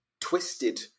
twisted